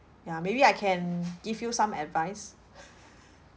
ya maybe I can give you some advice